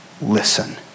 listen